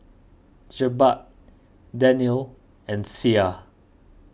Jebat Daniel and Syah